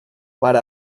para